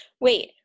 Wait